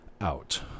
out